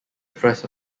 press